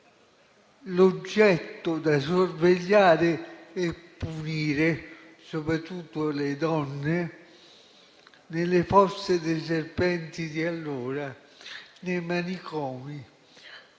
l'oggetto da sorvegliare e punire (soprattutto le donne) nelle fosse dei serpenti di allora, nei manicomi,